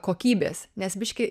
kokybės nes biškį